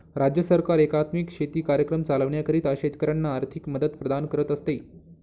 राज्य सरकार एकात्मिक शेती कार्यक्रम चालविण्याकरिता शेतकऱ्यांना आर्थिक मदत प्रदान करत असते